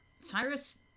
Cyrus